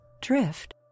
drift